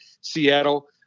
Seattle